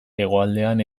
hegoaldean